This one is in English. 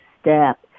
step